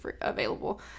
available